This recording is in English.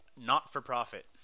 not-for-profit